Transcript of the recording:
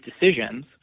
decisions